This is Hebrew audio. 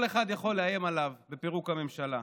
כל אחד יכול לאיים עליו בפירוק הממשלה.